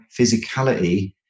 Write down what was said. physicality